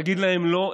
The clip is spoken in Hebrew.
תגיד להם לא,